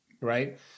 right